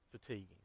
fatiguing